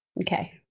Okay